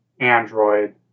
Android